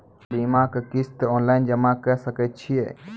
बीमाक किस्त ऑनलाइन जमा कॅ सकै छी?